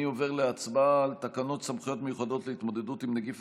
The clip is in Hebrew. אני עובר להצבעה על תקנות סמכויות מיוחדות להתמודדות עם נגיף